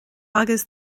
agus